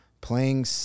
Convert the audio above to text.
playing